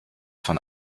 von